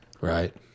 Right